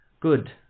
Good